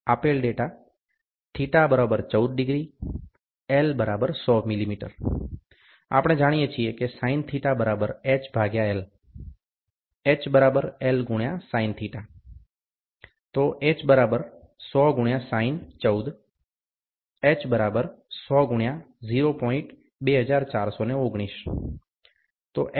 આપેલ data θ14 ° L100 mm આપણે જાણીએ છીએ કે sin θ h L h L × sin θ h 100 × sin 14 h 100 × 0